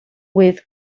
with